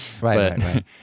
right